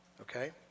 okay